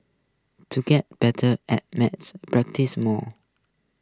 to get better at maths practise more